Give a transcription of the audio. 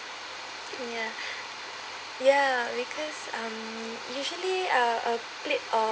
ya ya because um usually uh a plate of